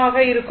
அது R ஆகும்